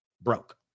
broke